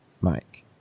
Mike